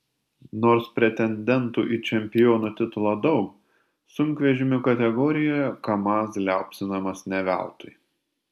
nors pretendentų į čempionų titulą daug sunkvežimių kategorijoje kamaz liaupsinamas ne veltui